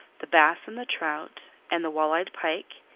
the bass and the trout, and the wall-eyed pike,